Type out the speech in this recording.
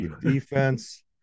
Defense